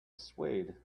swayed